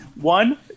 one